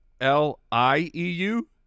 L-I-E-U